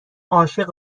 عاشق